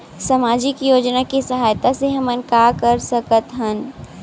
सामजिक योजना के सहायता से हमन का का कर सकत हन?